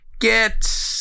get